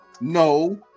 no